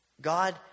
god